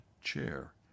chair